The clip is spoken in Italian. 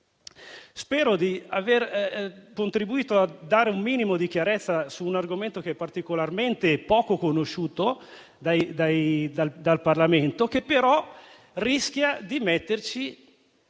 Spero di aver contribuito a portare un minimo di chiarezza su un argomento che è molto poco conosciuto dal Parlamento, ma che rischia di metterci